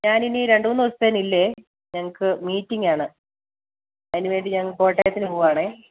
ഞാൻ ഇനി രണ്ടുമൂന്ന് ദിവസത്തിന് ഇല്ലേ ഞങ്ങൾക്ക് മീറ്റിങ്ങ് ആണ് അതിനുവേണ്ടി ഞാൻ കോട്ടയത്തിന് പോവുകയാണേ